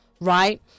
Right